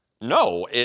no